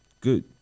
good